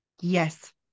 Yes